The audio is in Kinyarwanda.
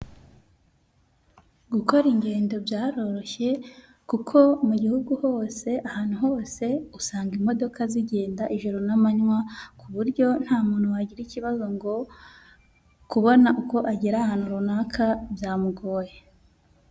Gukora ingendo byaroroshye kuko mu gihugu hose ahantu hose usanga imodoka zigenda ijoro n'amanywa, ku buryo nta muntu wagira ikibazo ngo kubona uko agera ahantu runaka byamugoye.